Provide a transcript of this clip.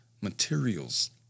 materials